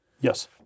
Yes